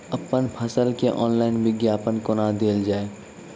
अप्पन फसल केँ ऑनलाइन विज्ञापन कोना देल जाए?